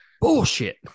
bullshit